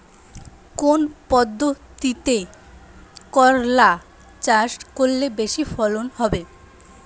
কোন পদ্ধতিতে করলা চাষ করলে বেশি ফলন হবে?